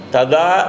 Tada